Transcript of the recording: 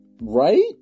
Right